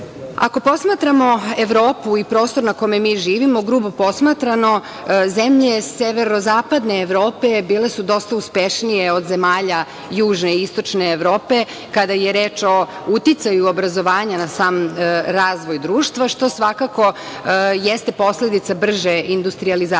posmatramo Evropu i prostor na kome mi živimo, grubo posmatrano, zemlje severozapadne Evrope bile su dosta uspešnije od zemalja južne i istočne Evrope kada je reč o uticaju obrazovanja na sam razvoj društva, što svakako jeste posledica brže industrijalizacije